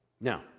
now